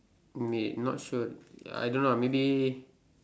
may not sure I don't know ah maybe